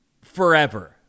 forever